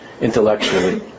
intellectually